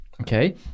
okay